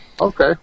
Okay